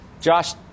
Josh